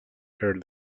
heard